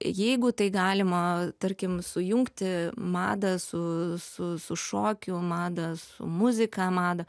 jeigu tai galima tarkim sujungti madą su su su šokiu madą su muzika madą